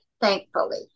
thankfully